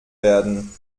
werden